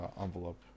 envelope